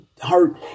hurt